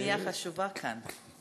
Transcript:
כל שנייה חשובה כאן.